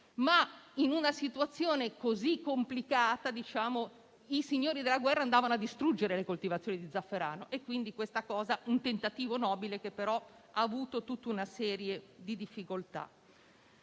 Ma, in una situazione così complicata, i signori della guerra andavano a distruggere le coltivazioni di zafferano; si è trattato quindi di un tentativo nobile, che però ha incontrato tutta una serie di difficoltà.